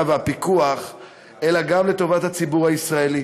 והפיקוח אלא גם לטובת הציבור הישראלי.